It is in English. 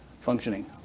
functioning